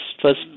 First